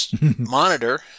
monitor